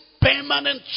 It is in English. permanent